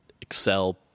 Excel